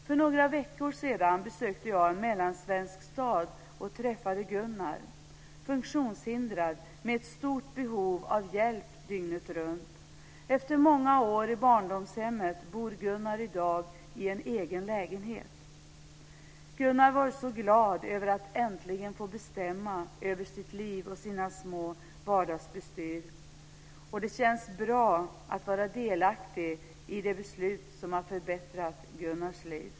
För några veckor sedan besökte jag en mellansvensk stad och träffade Gunnar, funktionshindrad, med ett stort behov av hjälp dygnet runt. Efter många år i barndomshemmet bor Gunnar i dag i en egen lägenhet. Gunnar var så glad över att äntligen få bestämma över sitt liv och sina små vardagsbestyr. Det känns bra att vara delaktig i de beslut som har förbättrat Gunnars liv.